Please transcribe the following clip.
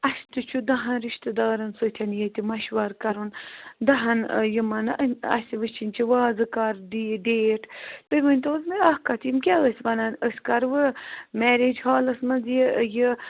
اَسہِ تہِ چھُ دَہن رِشتہٕ دارن سۭتۍ ییٚتہِ مشورٕ کرُن دہن یِمن اسہِ وُچھِن چھِ وازٕ کَر دِیہِ ڈیٹ تُہۍ ؤنۍتو حظ مےٚ اکھ کٔتھ یِم کیٛاہ ٲسۍ ونان أسۍ کروٕ میریج حالس منٛز یہِ یہِ